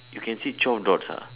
you can see twelve dots ah